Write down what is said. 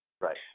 Right